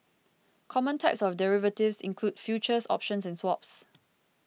common types of derivatives include futures options and swaps